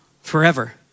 forever